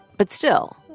but still,